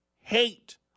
hate